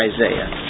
Isaiah